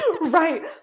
Right